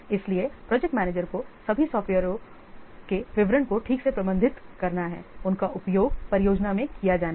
इसलिए project manager को सभी सॉफ्टवेयरों के विवरण को ठीक से प्रबंधित करना है उनका उपयोग परियोजना में किया जाना है